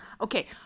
okay